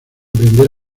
aprender